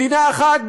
מדינה אחת,